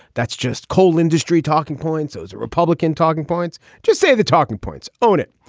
that's just coal industry talking points those are republican talking points just say the talking points on it.